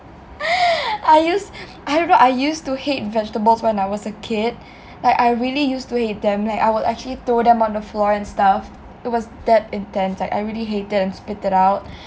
I used I I don't know I used to hate vegetables when I was a kid like I really used to hate them like I will actually throw them on the floor and stuff it was that intense like I really hated and spit it out